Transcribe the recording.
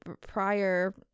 prior